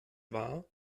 war